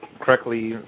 correctly